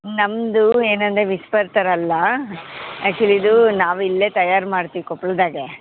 ನಮ್ಮದು ಏನಂದರೆ ವಿಸ್ಪರ್ ಥರ ಅಲ್ಲ ಆ್ಯಕ್ಚುಲಿ ಇದು ನಾವು ಇಲ್ಲೇ ತಯಾರು ಮಾಡ್ತೀವಿ ಕೊಪ್ಳದಾಗೆ